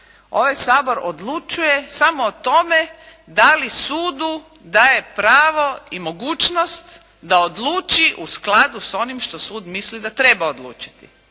Ovaj Sabor odlučuje samo o tome da li sudu daje pravo i mogućnost da odluči u skladu s onim što sud misli da treba odlučiti.